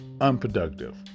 unproductive